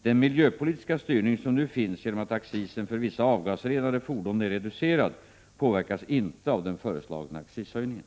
Den miljöpolitiska styrning som nu finns genom att accisen för vissa avgasrenade fordon är reducerad påverkas inte av den föreslagna accishöjningen.